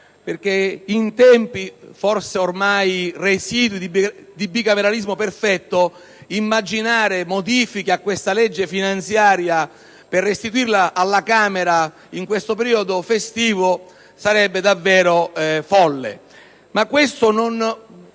perché in tempi - forse ormai residuali - di bicameralismo perfetto immaginare modifiche a questa legge finanziaria, per restituirla alla Camera nel periodo festivo, sarebbe davvero folle. Ma ciò non